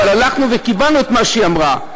אבל הלכנו וקיבלנו את מה שהיא אמרה,